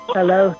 Hello